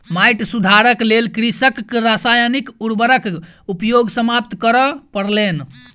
माइट सुधारक लेल कृषकक रासायनिक उर्वरक उपयोग समाप्त करअ पड़लैन